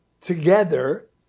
together